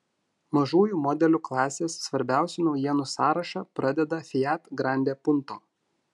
mažųjų modelių klasės svarbiausių naujienų sąrašą pradeda fiat grande punto